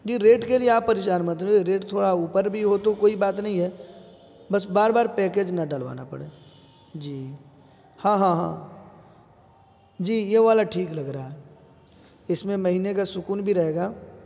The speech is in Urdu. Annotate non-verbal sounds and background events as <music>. جی ریٹ کے لیے آپ پریشان مت <unintelligible> ریٹ تھوڑا اوپر بھی ہو تو کوئی بات نہیں ہے بس بار بار پیکیج نہ ڈلوانا پڑے جی ہاں ہاں ہاں جی یہ والا ٹھیک لگ رہا ہے اس میں مہینے کا سکون بھی رہے گا